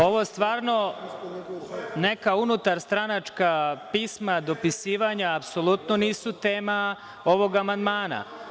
Ovo stvarno, neka unutar stranačka pisma, pisma, dopisivanja apsolutno nisu tema ovog amandmana.